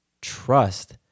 Trust